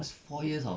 was four years orh